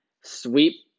Sweep